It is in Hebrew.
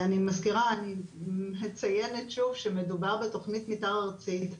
אני מציינת שוב שמדובר בתוכנית מתאר ארצית מאושרת,